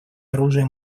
оружия